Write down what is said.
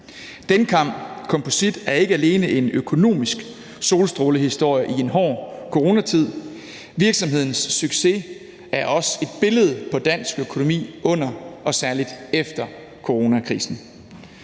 Dencam Composite er ikke alene en økonomisk solstrålehistorie i en hård coronatid, virksomhedens succes er også et billede på dansk økonomi under og særlig efter coronakrisen.